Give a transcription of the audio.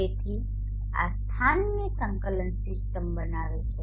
તેથી આ સ્થાનની સંકલન સિસ્ટમ બનાવે છે